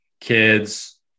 kids